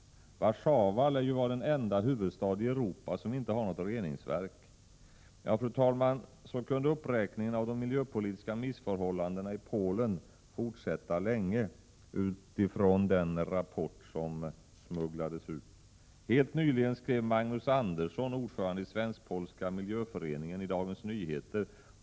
Warszawa lär ju vara den enda huvudstad i Europa som inte har något reningsverk. Ja, fru talman, så kunde uppräkningen av de miljöpolitiska missförhållan dena i Polen, på grundval av den rapport som smugglats ut, forsätta länge. Helt nyligen skrev Magnus Andersson, ordförande i Svensk-polska miljöföreningen, en artikel i Dagens Nyheter.